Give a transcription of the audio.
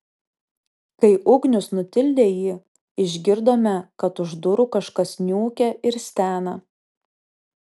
kai ugnius nutildė jį išgirdome kad už durų kažkas niūkia ir stena